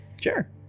Sure